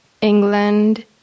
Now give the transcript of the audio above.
England